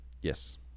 Yes